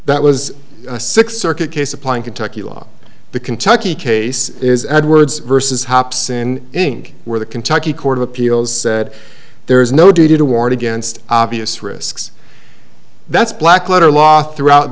that was a six circuit case applying kentucky law the kentucky case is edwards versus hops in ink where the kentucky court of appeals said there is no duty to warn against obvious risks that's black letter law throughout